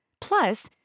Plus